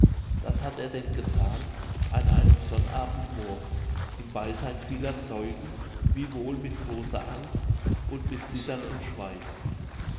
das hat er denn gethan an einem sonnabend morgen im beiseyn vieler zeugen wiewohl mit großer angst und mit zittern und schweiß